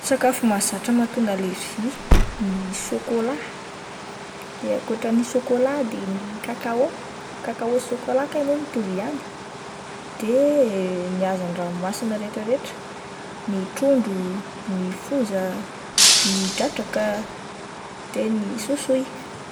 Sakafo mahazatra mahatonga alerzia ny sôkôla, de akotran'ny sôkôla de ny kakaô, kakaô sy sôkôla kay mo mitovy ihany, de ny hazan-dranomasina retraretra ny trondro, ny foza, ny dratraka, de ny soisoy.